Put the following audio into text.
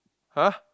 !huh!